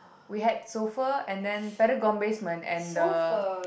we had Souffle and then Paragon basement and the